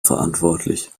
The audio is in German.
verantwortlich